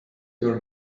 your